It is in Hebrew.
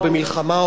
או במלחמה,